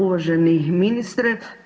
Uvaženi ministre.